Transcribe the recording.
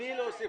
בלי להוסיף